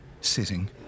sitting